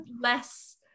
less